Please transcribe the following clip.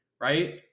right